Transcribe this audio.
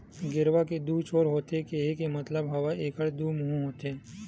गेरवा के दू छोर होथे केहे के मतलब हवय एखर दू मुहूँ होथे